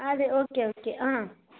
అది okay okay